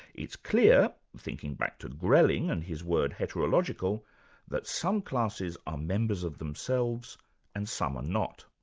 it's clear, thinking back to grelling and his word heterological that some classes are members of themselves and some are not.